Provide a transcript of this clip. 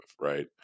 right